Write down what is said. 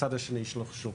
בצד השני של השולחן.